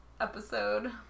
episode